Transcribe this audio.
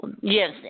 Yes